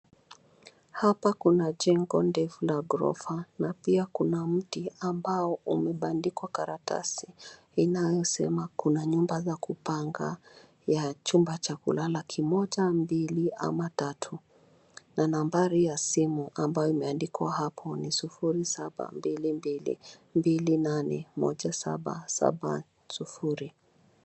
Hapa kuna jengo ndefu la ghorofa na pia kuna mti ambao umebandikwa karatasi inayosema kuna nyumba za kupanga vya chumba cha kulala kimoja, mbili ama tatu na nambari ya simu ambayo imeandkwa hapo ni sufuri saba mbili mbili mbili nane moja saba saba sufuri.